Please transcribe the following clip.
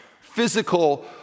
Physical